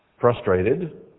frustrated